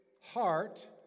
heart